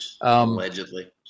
Allegedly